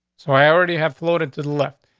so i already have floated to the left.